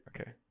Okay